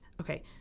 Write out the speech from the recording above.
Okay